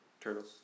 Turtles